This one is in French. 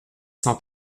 cent